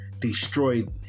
Destroyed